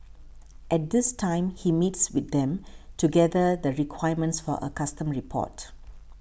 at this time he meets with them to gather the requirements for a custom report